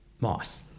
Moss